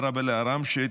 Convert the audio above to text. ערב אל-עראמשה,